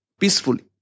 peacefully